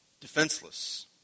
defenseless